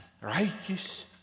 righteous